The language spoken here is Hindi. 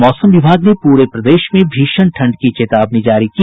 और मौसम विभाग ने पूरे प्रदेश में भीषण ठंड की चेतावनी जारी की